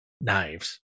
knives